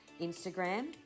Instagram